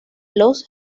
los